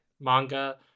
manga